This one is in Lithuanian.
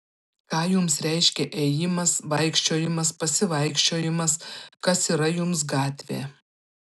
ką jums reiškia ėjimas vaikščiojimas pasivaikščiojimas kas yra jums gatvė